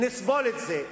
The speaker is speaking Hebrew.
נסבול את זה.